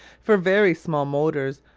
for very small motors,